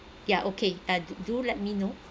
yeah okay ah do do let me know